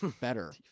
better